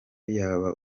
yaba